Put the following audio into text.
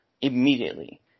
Immediately